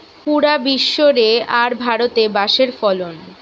পুরা বিশ্ব রে আর ভারতে বাঁশের ফলন